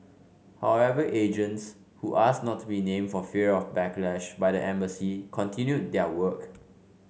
however agents who asked not to be named for fear of a backlash by the embassy continued their work